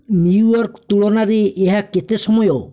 New York ତୁଳନାରେ ଏହା କେତେ ସମୟ